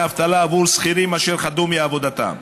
אבטלה עבור שכירים אשר חדלו מעבודתם.